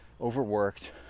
overworked